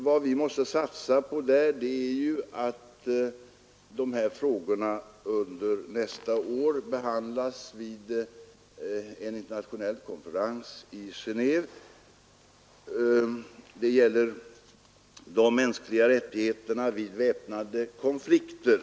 Vad vi måste satsa på är att dessa frågor under nästa år behandlas vid en internationell konferens i Gen&ve. Det gäller de mänskliga rättigheterna vid väpnade konflikter.